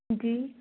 जी